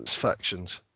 factions